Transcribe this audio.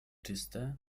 czyste